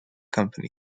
company